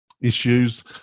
issues